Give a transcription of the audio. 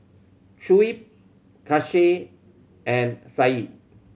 Shuib Kasih and Said